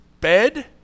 bed